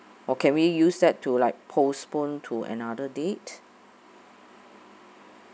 or can we use that to like postpone to another date